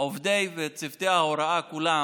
של צוותי ההוראה כולם,